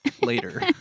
later